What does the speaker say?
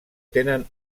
tenen